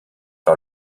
par